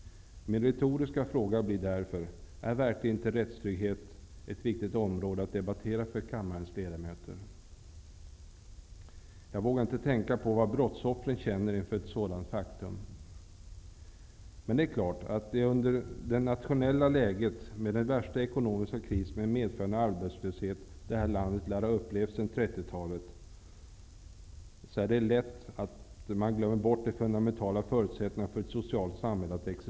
Jag vill därför ställa en retorisk fråga. Är verkligen inte rättstryggheten ett viktigt område att debattera för kammarens ledamöter? Jag vågar inte tänka på vad brottsoffren känner inför ett sådant faktum. I det nationella läge vi nu befinner oss i med den värsta ekonomiska kris med medföljande arbetslöshet som det här landet lär ha upplevt sedan 30-talet, är det lätt att man glömmer bort de fundamentala förutsättningarna för att ett socialt samhälle skall existera.